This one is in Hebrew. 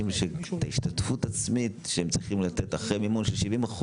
שההשתתפות העצמית שיש לחולים אחרי מימון של 70%,